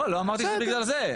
לא, לא אמרתי שזה בגלל זה.